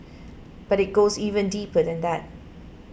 but it goes even deeper than that